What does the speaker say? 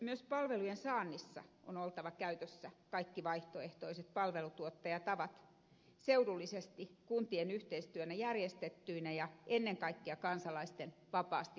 myös palvelujen saannissa on oltava käytössä kaikki vaihtoehtoiset palveluntuottamistavat seudullisesti kuntien yhteistyönä järjestettyinä ja ennen kaikkea kansalaisten vapaasti valittavina